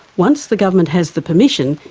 once the government has the permission,